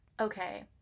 Okay